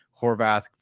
Horvath